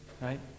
right